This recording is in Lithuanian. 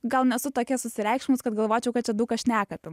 gal nesu tokia susireikšminus kad galvočiau kad čia daug kas šneka apie